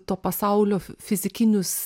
to pasaulio fizikinius